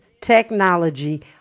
technology